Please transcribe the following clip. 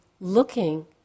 looking